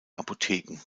apotheken